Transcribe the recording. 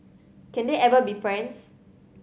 can they ever be friends